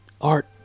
art